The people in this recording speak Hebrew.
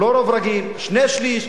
לא רוב רגיל, שני-שלישים.